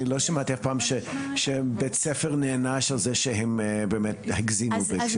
אני לא שמעתי אף פעם שבית ספר נענש על זה שהם הגזימו בזה.